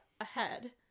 ahead